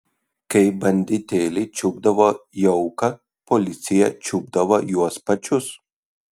kai banditėliai čiupdavo jauką policija čiupdavo juos pačius